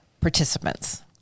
participants